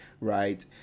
right